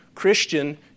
Christian